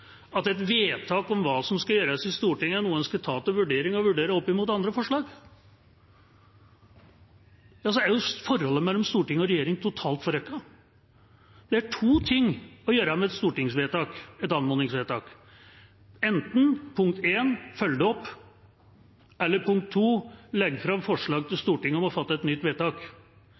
at et vedtak i Stortinget om hva skal gjøres, er noe en skal ta til vurdering og vurdere opp mot andre forslag, er forholdet mellom storting og regjering totalt forrykket. Det er to ting å gjøre med et anmodningsvedtak: enten følge det opp eller legge fram forslag til Stortinget om å fatte et nytt vedtak.